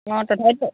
অ'